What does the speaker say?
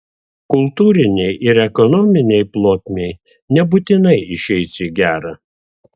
kultūrinei ir ekonominei plotmei nebūtinai išeis į gerą